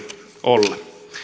olla